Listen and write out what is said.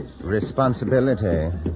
Responsibility